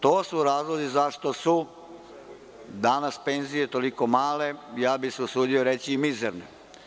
To su razlozi zašto su danas penzije toliko male i usudio bih se reći da su mizerne.